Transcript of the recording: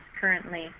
currently